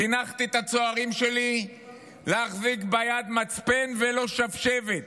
חינכתי את הצוערים שלי להחזיק ביד מצפן ולא שבשבת.